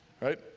right